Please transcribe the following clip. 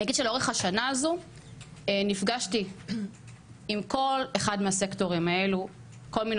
אני אגיד שלאורך השנה הזו נפגשתי עם כל אחד מהסקטורים האלו בכל מיני